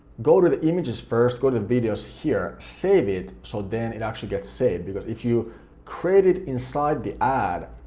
go to the images first, go to videos here, save it so then it actually gets saved, because if you create it inside the ad,